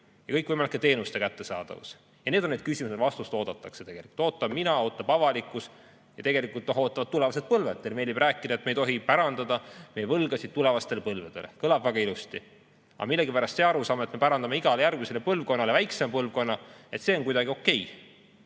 ja kõikvõimalike teenuste kättesaadavus – need on need küsimused, millele tegelikult vastust oodatakse. Ootan mina, ootab avalikkus ja tegelikult ootavad tulevased põlved. Teile meeldib rääkida, et me ei tohi pärandada oma võlgasid tulevastele põlvedele. Kõlab väga ilusti. Aga millegipärast see arusaam, et me pärandame igale järgmisele põlvkonnale väiksema põlvkonna, on kuidagi okei.